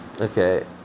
Okay